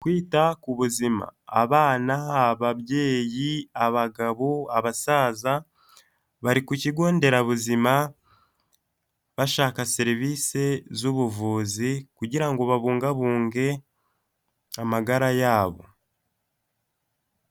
Kwita ku buzima, abana, ababyeyi, abagabo, abasaza bari ku kigo nderabuzima bashaka serivisi z'ubuvuzi kugira ngo babungabunge amagara yabo.